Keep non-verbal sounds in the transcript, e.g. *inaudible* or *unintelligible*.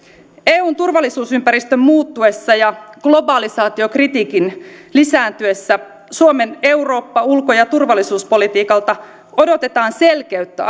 eun turvallisuusympäristön muuttuessa ja globalisaatiokritiikin lisääntyessä suomen eurooppa ulko ja turvallisuuspolitiikalta odotetaan selkeyttä *unintelligible*